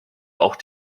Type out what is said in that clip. auch